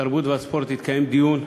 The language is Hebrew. התרבות והספורט התקיים דיון.